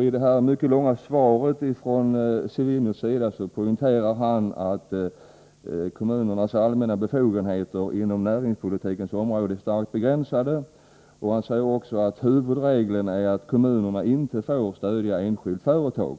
I det mycket långa svaret från civilministern poängteras att kommunernas allmänna befogenheter inom näringspolitikens område är starkt begränsade, och civilministern säger också att huvudregeln är att kommunerna inte får stödja ett enskilt företag.